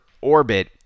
orbit